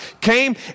came